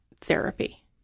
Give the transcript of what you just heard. therapy